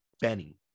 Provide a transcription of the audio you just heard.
Benny